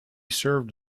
served